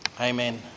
Amen